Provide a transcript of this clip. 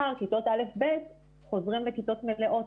מחר כיתות א'-ב' חוזרות לכיתות מלאות.